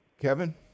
Kevin